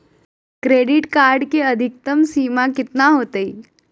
Credit card के अधिकतम सीमा कितना होते?